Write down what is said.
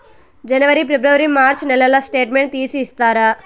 జనవరి, ఫిబ్రవరి, మార్చ్ నెలల స్టేట్మెంట్ తీసి ఇస్తారా?